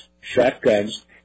shotguns